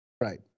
Right